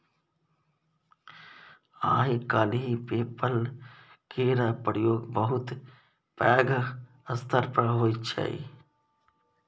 आइ काल्हि PayPal केर प्रयोग बहुत पैघ स्तर पर होइ छै